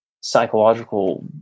psychological